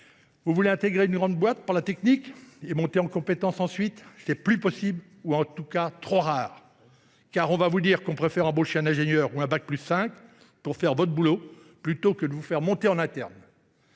Vous voulez intégrer une grande boîte par la technique et monter en compétence ensuite ? Ce n’est plus possible – en tout cas, c’est devenu trop rare. On vous répondra que l’on préfère embaucher un ingénieur ou un bac+5 pour faire votre boulot plutôt que de vous faire monter en interne.